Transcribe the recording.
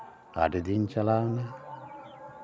ᱟᱹᱰᱤ ᱫᱤᱱ ᱪᱟᱞᱟᱣᱱᱟ